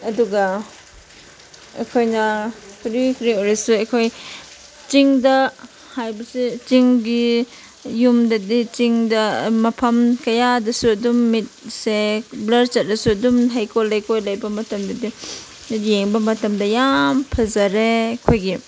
ꯑꯗꯨꯒ ꯑꯩꯈꯣꯏꯅ ꯀꯔꯤ ꯀꯔꯤ ꯑꯣꯏꯔꯁꯨ ꯑꯩꯈꯣꯏ ꯆꯤꯡꯗ ꯍꯥꯏꯕꯁꯦ ꯆꯤꯡꯒꯤ ꯌꯨꯝꯗꯗꯤ ꯆꯤꯡꯗ ꯃꯐꯝ ꯀꯌꯥꯗꯁꯨ ꯑꯗꯨꯝ ꯃꯤꯠꯁꯦ ꯕ꯭ꯂꯔ ꯆꯠꯂꯁꯨ ꯑꯗꯨꯝ ꯍꯩꯀꯣꯜ ꯂꯩꯀꯣꯜ ꯂꯩꯕ ꯃꯇꯝꯗꯗꯤ ꯌꯦꯡꯕ ꯃꯇꯝꯗ ꯌꯥꯝ ꯐꯖꯔꯦ ꯑꯩꯈꯣꯏꯒꯤ